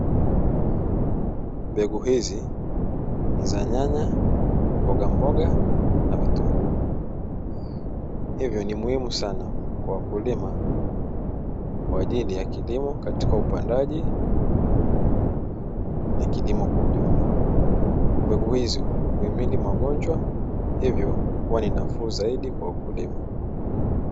Mbegu hizi ni za nyanya, mbogamboga na vitunguu; hivyo ni muhimu sana kwa wakulima kwa ajili ya kilimo katika upandaji na kilimo kwa ujumla, mbegu hizo huhimili magonjwa hivyo huwa ni nafuu zaidi kwa wakulima.